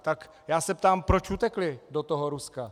Tak já se ptám, proč utekli do toho Ruska?